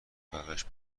برایش